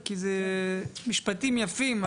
כי אלה משפטים יפים,